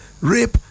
rape